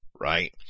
right